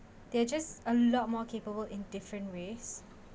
they're just a lot more capable in different ways